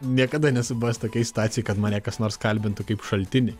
niekada nesu buvęs tokioj situacijoj kad mane kas nors kalbintų kaip šaltinį